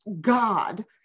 God